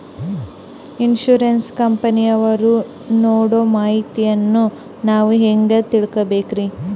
Insurance ಕಂಪನಿಯವರು ನೀಡೋ ಮಾಹಿತಿಯನ್ನು ನಾವು ಹೆಂಗಾ ತಿಳಿಬೇಕ್ರಿ?